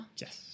Yes